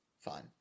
fine